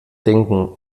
denken